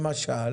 למשל?